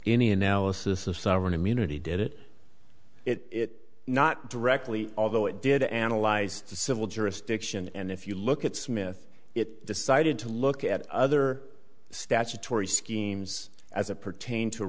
any analysis of sovereign immunity did it it not directly although it did analyze the civil jurisdiction and if you look at smith it decided to look at other statutory schemes as it pertains to